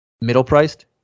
middle-priced